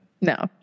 No